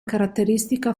caratteristica